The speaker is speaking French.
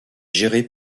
gérée